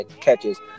catches